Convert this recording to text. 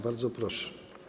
Bardzo proszę.